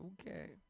Okay